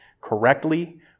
correctly